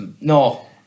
No